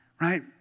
Right